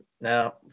now